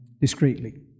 discreetly